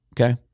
okay